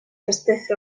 простих